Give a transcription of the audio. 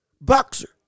boxer